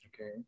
Okay